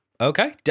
Okay